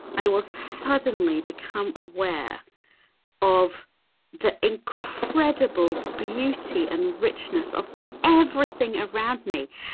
i will suddenly become aware of the incredible beauty and richness of everything around me.